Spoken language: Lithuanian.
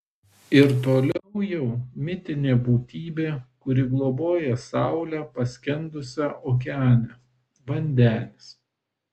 ir toliau jau mitinė būtybė kuri globoja saulę paskendusią okeane vandenis